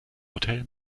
hotel